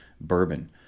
bourbon